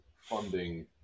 funding